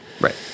Right